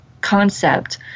concept